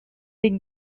des